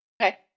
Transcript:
Okay